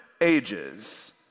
ages